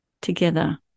together